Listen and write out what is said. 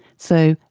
so,